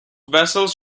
vessels